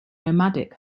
nomadic